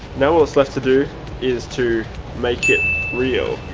now all that's left to do is to make it real.